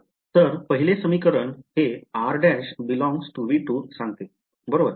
तर पहिले समीकरण हे r′∈ V 2 सांगते बरोबर